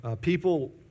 people